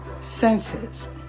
senses